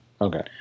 okay